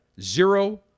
zero